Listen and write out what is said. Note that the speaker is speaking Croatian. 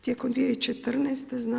Tijekom 2014.